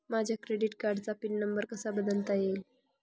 माझ्या क्रेडिट कार्डचा PIN number कसा बदलता येईल?